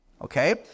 Okay